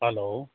hello